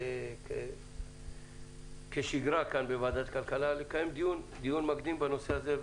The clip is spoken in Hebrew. כיאה וכשגרה בוועדת הכלכלה לקיים דיון מקדים בנושא הזה.